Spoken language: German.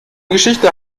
geschichte